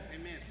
Amen